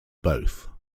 both